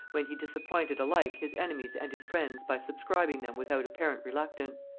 when he disappointed alike his enemies and his friends by subscribing them without apparent reluctance.